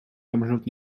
navrhnout